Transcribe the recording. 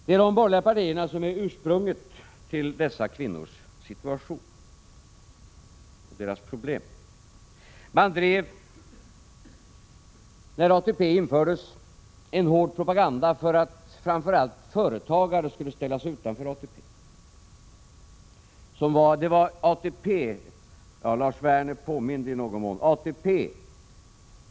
Det är de borgerliga partierna som är ursprunget till dessa kvinnors situation och deras problem. När ATP infördes drev man en hård propaganda för att framför allt företagare skulle ställa sig utanför ATP. Lars Werner påminde i någon mån om detta.